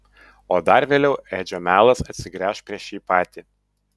o dar vėliau edžio melas atsigręš prieš jį patį